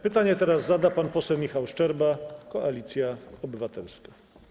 Pytanie teraz zada pan poseł Michał Szczerba, Koalicja Obywatelska.